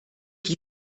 die